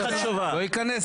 תשובה.